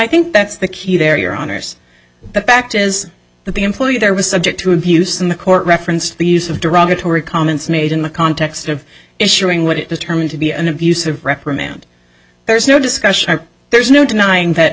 think that's the key there your honour's the fact is that the employee there was subject to abuse in the court referenced the use of derogatory comments made in the context of issuing what it determined to be an abusive reprimand there's no discussion there's no denying that